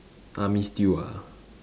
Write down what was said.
army stew ah